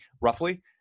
roughly